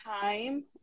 time